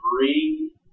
three